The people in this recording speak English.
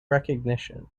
recognition